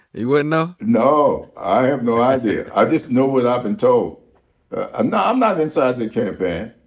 you wouldn't know? no, i have no idea. i just know what i've been told. ah no, i'm not inside the campaign.